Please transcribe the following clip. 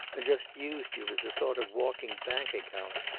and just used you as a sort of walking bank-account?